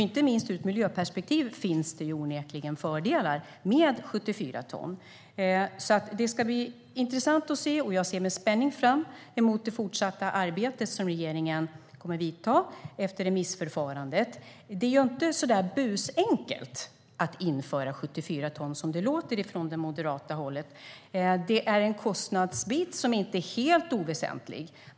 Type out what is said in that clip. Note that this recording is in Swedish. Inte minst ur ett miljöperspektiv finns det onekligen fördelar med 74 ton. Det ska därför bli intressant att se, och jag ser med spänning fram emot, det fortsatta arbete för regeringen som kommer att vidta efter remissförfarandet. Det är ju inte så busenkelt att införa 74 ton som det låter från det moderata hållet. Det är en kostnadsbit som inte är helt oväsentlig.